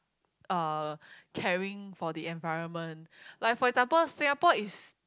uh caring for the environment like for example Singapore is